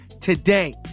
today